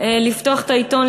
לפתוח את העיתון,